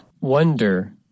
wonder